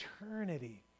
eternity